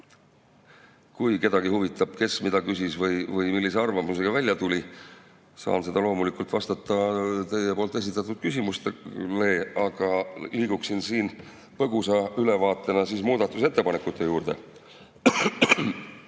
Kui kedagi huvitab, kes mida küsis või millise arvamusega välja tuli, saan seda loomulikult öelda, vastates teie küsimustele. Aga liigun põgusa ülevaatega muudatusettepanekute juurde.